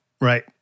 Right